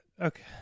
okay